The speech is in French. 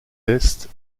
est